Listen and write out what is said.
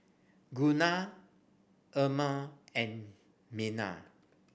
Gunnar Irma and Merna